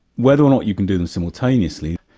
whether or not you can do them simultaneously,